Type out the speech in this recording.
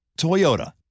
Toyota